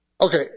okay